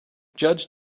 judge